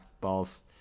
balls